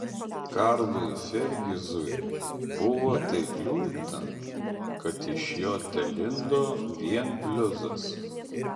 karlui fergizui buvo taip liūdna kad iš jo telindo vien bliuzas